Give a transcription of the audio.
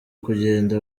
kugenda